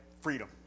freedom